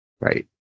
Right